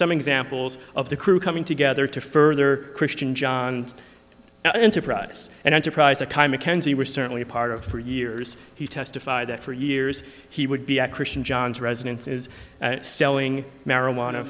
some examples of the crew coming together to further christian enterprise and enterprise a kind mckenzie were certainly a part of for years he testified that for years he would be at christian john's residence is selling marijuana